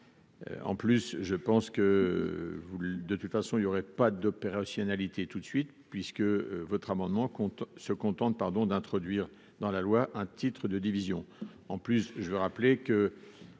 En plus, je pense que vous de toute façon, il y aurait pas d'opérationnalité toute de suite puisque votre amendement qu'on se contente, pardon d'introduire dans la loi un titre de division en plus je vais rappeler que